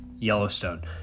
Yellowstone